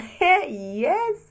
Yes